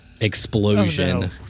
explosion